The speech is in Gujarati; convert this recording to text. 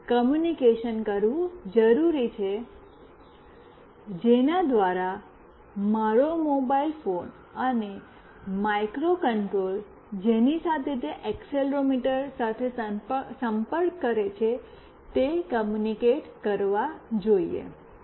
આપણે કૉમ્યુનિકેશન કરવું જરૂરી છે જેના દ્વારા મારો મોબાઇલ ફોન અને માઇક્રોકન્ટ્રોલર જેની સાથે તે એક્સેલરોમીટર સાથે સંપર્ક કરે છે તે કૉમ્યૂનિકેટ કરવા જોઈએ